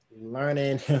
learning